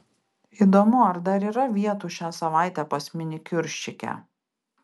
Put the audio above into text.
įdomu ar dar yra vietų šią savaitę pas minikiūrščikę